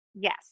Yes